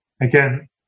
again